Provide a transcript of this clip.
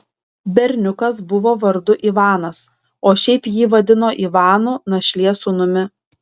berniukas buvo vardu ivanas o šiaip jį vadino ivanu našlės sūnumi